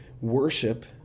worship